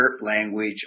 language